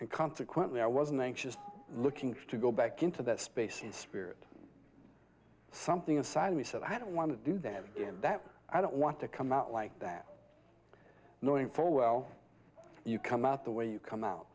and consequently i wasn't anxious looking to go back into that space and spirit something inside me said i don't want to do that and that i don't want to come out like that knowing full well you come out the way you come out